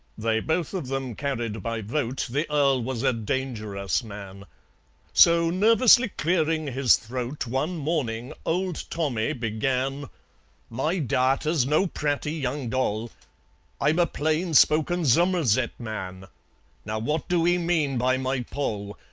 they both of them carried by vote the earl was a dangerous man so nervously clearing his throat, one morning old tommy began my darter's no pratty young doll i'm a plain-spoken zommerzet man now what do ee mean by my poll,